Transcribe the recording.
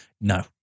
No